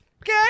Okay